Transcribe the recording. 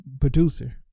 producer